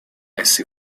essi